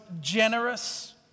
generous